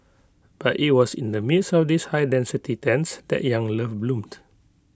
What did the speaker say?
but IT was in the midst of these high density tents that young love bloomed